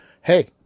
hey